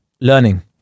learning